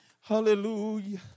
Hallelujah